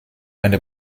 eine